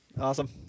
awesome